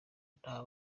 nta